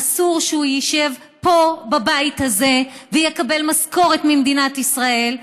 אסור שהוא ישב פה בבית הזה ויקבל משכורת ממדינת ישראל,